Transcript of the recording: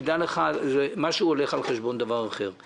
דע לך, דבר אחד